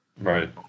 Right